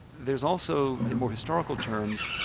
there's also in more historical terms,